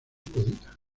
podía